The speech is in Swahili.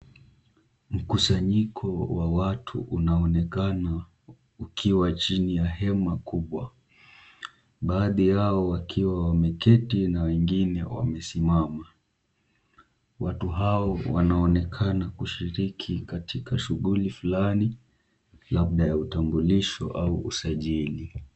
Mkusanyiko wa watu unaonekana ukiwa chini ya hema kubwa, baadhi yao wakiwa wameketi na wengine wamesimama, watu hao wanaonekana kushiriki katika shughuli fulani, labda ya utambulisho au usajili.